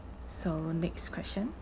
so next question